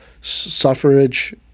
suffrage